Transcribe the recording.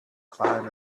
climb